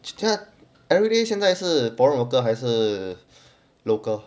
it's everyday 现在是 foreign worker 还是 local